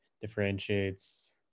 differentiates